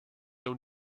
own